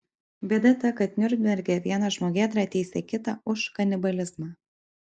bėda ta kad niurnberge vienas žmogėdra teisė kitą už kanibalizmą